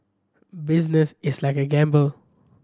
business is like a gamble